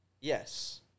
Yes